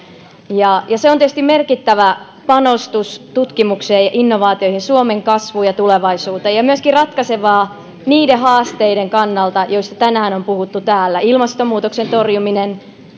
se on tietysti merkittävä panostus tutkimukseen ja innovaatioihin suomen kasvuun ja tulevaisuuteen ja myöskin ratkaisevaa niiden haasteiden kannalta joista tänään on puhuttu täällä ilmastonmuutoksen torjumisen